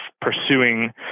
pursuing